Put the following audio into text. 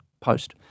Post